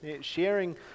sharing